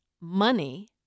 money